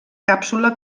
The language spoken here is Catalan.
càpsula